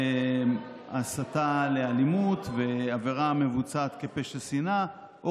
הסתה לאלימות ועבירה המבוצעת כפשע שנאה או